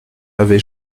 avez